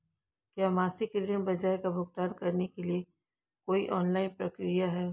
क्या मासिक ऋण ब्याज का भुगतान करने के लिए कोई ऑनलाइन प्रक्रिया है?